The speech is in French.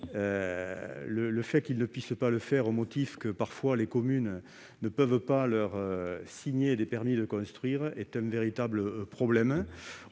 le fait qu'ils ne puissent pas le faire au motif que les communes ne peuvent parfois pas leur délivrer des permis de construire est un véritable problème.